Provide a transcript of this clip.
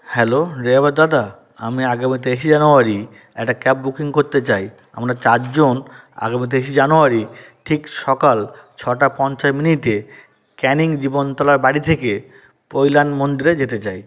hello driver দাদা আমি আগামী তেইশে জানুয়ারি একটা ক্যাব বুকিং করতে চাই আমার চারজন আগামী তেইশে জানুয়ারি ঠিক সকাল ছটা পঞ্চাশ মিনিটে ক্যানিং জীবনতলার বাড়ি থেকে পৈলান মন্দিরে যেতে চাই